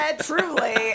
truly